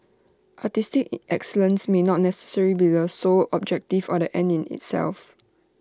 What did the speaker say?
artistic excellence may not necessarily be the sole objective or the end in itself